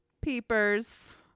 peepers